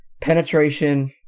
penetration